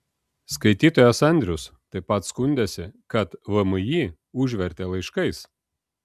skaitytojas andrius taip pat skundėsi kad vmi užvertė laiškais